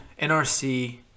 nrc